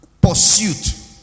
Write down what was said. pursuit